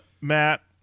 Matt